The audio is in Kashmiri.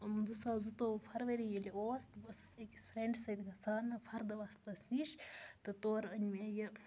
زٕ ساس زٕتووُہ فرؤری ییٚلہِ اوس تہٕ بہٕ ٲسٕس أکِس فرٛٮ۪نٛڈِ سۭتۍ گژھان فردٕ وۄستَس نِش تہٕ تورٕ أنۍ مےٚ یہِ